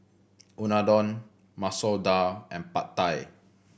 Unadon Masoor Dal and Pad Thai